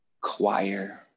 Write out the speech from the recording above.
choir